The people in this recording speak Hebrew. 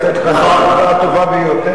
לתת לך את התשובה הטובה ביותר.